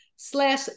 slash